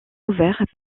ouvert